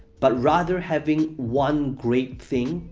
but rather having one great thing,